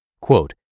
Quote